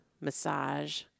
massage